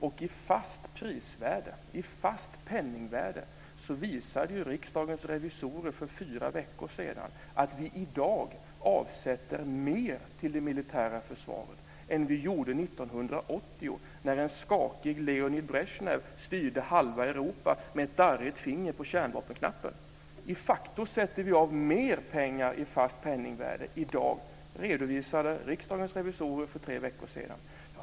Och i fast penningvärde visade ju Riksdagens revisorer för fyra veckor sedan att vi i dag avsätter mer till det militära försvaret än vi gjorde 1980 när en skakig Leonid Brezjnev styrde halva Europa med ett darrigt finger på kärnvapenknappen. Vi sätter de facto av mer pengar i fast penningvärde i dag, vilket Riksdagens revisorer redovisade för tre veckor sedan.